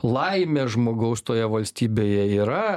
laimė žmogaus toje valstybėje yra